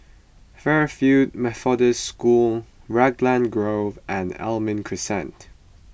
Fairfield Methodist School Raglan Grove and Almond Crescent